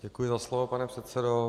Děkuji za slovo, pane předsedo.